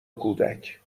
کودک